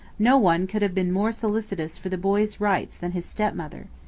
no one could have been more solicitous for the boy's rights than his step-mother.